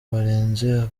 barenze